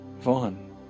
Vaughn